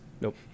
nope